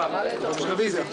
רוויזיה.